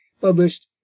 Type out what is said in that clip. published